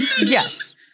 Yes